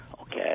Okay